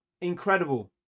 incredible